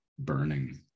Burning